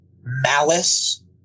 malice